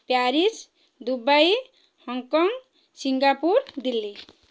Paris Dubai Hong Kong Singapore Delhi